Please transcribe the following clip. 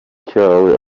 cyawe